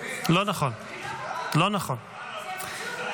לא נתקבלה.